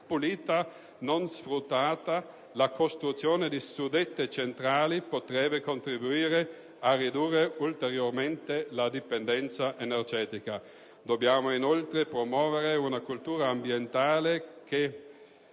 pulita non sfruttata, la costruzione di suddette centrali potrebbe contribuire a ridurre ulteriormente la dipendenza energetica. Dobbiamo inoltre promuovere una cultura ambientale che